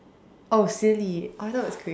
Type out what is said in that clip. oh silly I thought it was creative